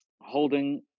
holding